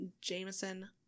Jameson